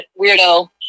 Weirdo